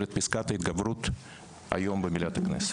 את פסקת ההתגברות היום במליאת הכנסת.